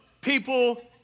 people